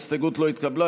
ההסתייגות לא התקבלה.